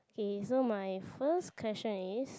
okay so my first question is